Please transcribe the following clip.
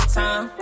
time